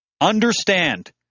Understand